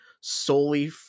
solely